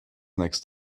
next